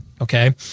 Okay